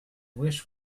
wish